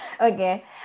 Okay